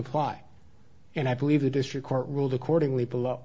apply and i believe the district court ruled accordingly below